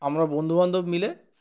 আমরা বন্ধুবান্ধব মিলে